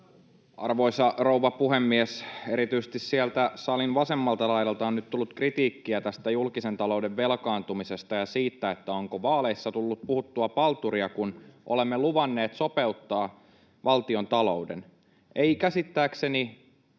Arvoisa rouva puhemies! Erityisesti sieltä salin vasemmalta laidalta on nyt tullut kritiikkiä tästä julkisen talouden velkaantumisesta ja siitä, onko vaaleissa tullut puhuttua palturia, kun olemme luvanneet sopeuttaa valtiontalouden. Ei käsittääkseni